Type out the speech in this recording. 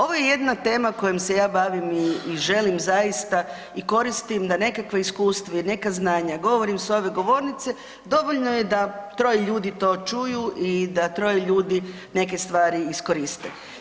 Ovo je jedna tema kojom se ja bavim i želim zaista i koristim da nekakva iskustva i neka znanja govorim s ove govornice, dovoljno je da troje ljudi to čuju i da troje ljudi neke stvari iskoriste.